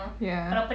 ya